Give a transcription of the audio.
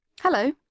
Hello